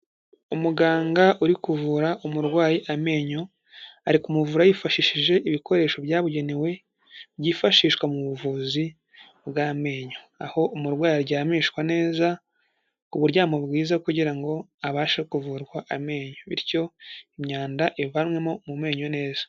Umuganga uri kuvura umurwayi amenyo, ari kumuvura yifashishije ibikoresho byabugenewe byifashishwa mu buvuzi bw'amenyo, aho umurwayi aryamishwa neza, kuburyamo bwiza, kugira ngo abashe kuvurwa amenyo, bityo imyanda ivanwemo mu menyo neza.